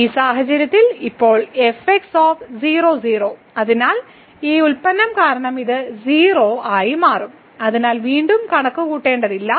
ഈ സാഹചര്യത്തിൽ ഇപ്പോൾ അതിനാൽ ഈ പ്രോഡക്റ്റ് കാരണം ഇത് 0 ആയി മാറും അതിനാൽ വീണ്ടും കണക്കുകൂട്ടേണ്ടതില്ല